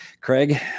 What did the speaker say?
Craig